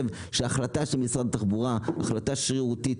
ההחלטה של משרד התחבורה היא החלטה שרירותית,